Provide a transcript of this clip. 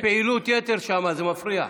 יש פעילות יתר שם, זה מפריע.